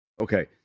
okay